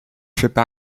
shipped